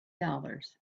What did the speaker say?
dollars